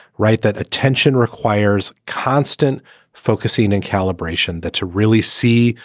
right. that attention requires constant focusing and calibration that to really see,